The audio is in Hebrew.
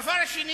הדבר השני